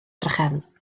drachefn